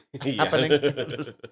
happening